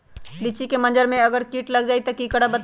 लिचि क मजर म अगर किट लग जाई त की करब?